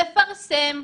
לפרסם,